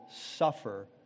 Suffer